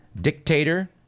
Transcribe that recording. dictator